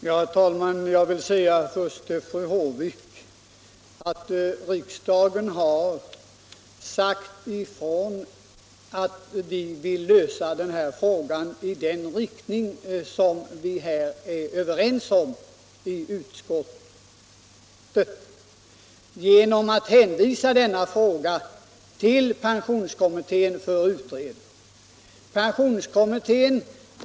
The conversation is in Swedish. Herr talman! Jag vill till att börja med säga till fru Håvik att riksdagen har sagt ifrån att vi vill lösa frågan i den riktning som vi är överens om i utskottet, genom att hänvisa denna fråga till pensionskommittén för utredning.